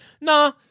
Nah